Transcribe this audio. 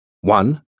One